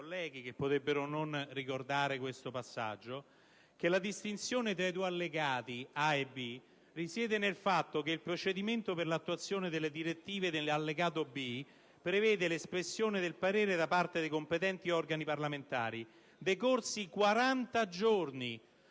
che potrebbero non ricordare questo passaggio, vorrei segnalare che la distinzione tra gli allegati A e B risiede nel fatto che il procedimento per l'attuazione delle direttive elencate nell'allegato B prevede l'espressione del parere da parte dei competenti organi parlamentari decorsi 40 giorni,